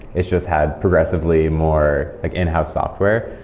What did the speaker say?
it's just had progressively more in-house software,